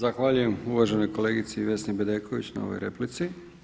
Zahvaljujem uvaženoj kolegici Vesni Bedeković na ovoj replici.